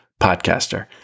podcaster